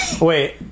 Wait